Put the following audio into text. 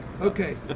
Okay